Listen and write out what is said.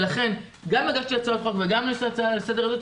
לכן גם הגשתי הצעת חוק וגם את ההצעה לסדר הזאת,